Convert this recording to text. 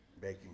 baking